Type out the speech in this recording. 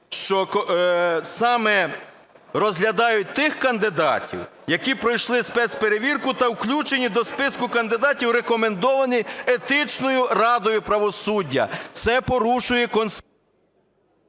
що саме розглядають тих кандидатів, які пройшли спецперевірку та включені до списку кандидатів, рекомендованих Етичною радою правосуддя. Це порушує… ГОЛОВУЮЧИЙ.